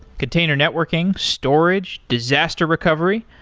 container networking, storage, disaster recovery,